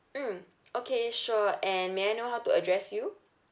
mm okay sure and may I know how to address you